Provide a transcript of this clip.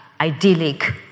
idyllic